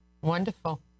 Wonderful